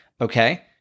okay